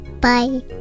Bye